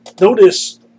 Notice